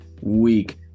week